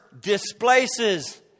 displaces